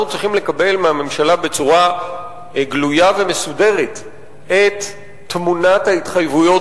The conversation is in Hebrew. אנחנו צריכים לקבל מהממשלה בצורה גלויה ומסודרת את תמונת ההתחייבויות